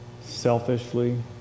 selfishly